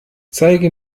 zeige